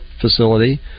facility